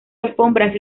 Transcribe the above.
alfombras